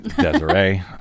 Desiree